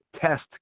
test